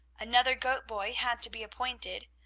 another goat-boy had to be appointed,